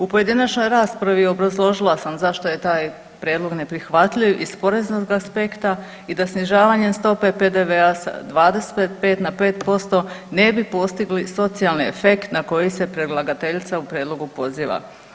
U pojedinačnoj raspravi obrazložila sam zašto je taj prijedlog neprihvatljiv iz poreznog aspekta i da snižavanjem stope PDV-a sa 25 na 5% ne bi postigli socijalni efekt na koji se predlagateljica u prijedlogu poziva.